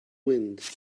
wind